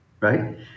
right